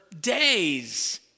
days